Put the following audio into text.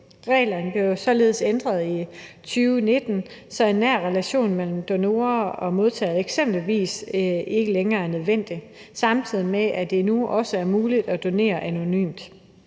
Reglerne blev således ændret i 2019, så en nær relation mellem donor og modtager eksempelvis ikke længere er nødvendig. Det er nu også muligt at donere anonymt.